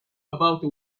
about